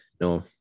no